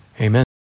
amen